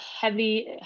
heavy